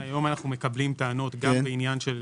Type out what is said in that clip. היום אנחנו מקבלים טענות גם בעניין של